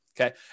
Okay